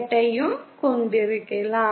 ஐயும் கொண்டிருக்கலாம்